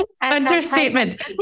Understatement